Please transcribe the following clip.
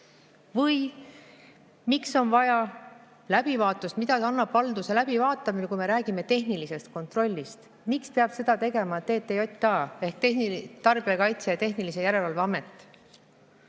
Või miks on vaja läbivaatust, mida annab valduse läbivaatamine, kui me räägime tehnilisest kontrollist? Miks peab seda tegema TTJA ehk Tarbijakaitse ja Tehnilise Järelevalve Amet?